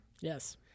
Yes